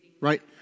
right